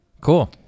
Cool